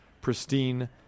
pristine